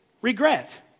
regret